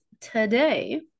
today